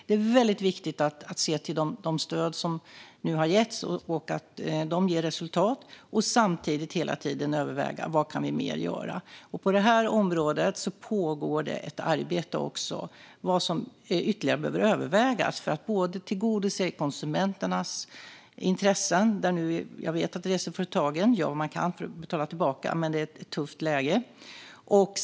Det är viktigt att de stöd som nu har getts ger resultat. Samtidigt ska vi hela tiden överväga vad mer vi kan göra. På det här området pågår ett arbete med att överväga vad ytterligare som behöver göras för att tillgodose konsumenternas intressen. Jag vet att reseföretagen gör vad de kan för att betala tillbaka, men det är ett tufft läge.